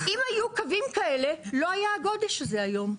אם היו קווים כאלה לא היה הגודש הזה היום.